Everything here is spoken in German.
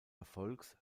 erfolgs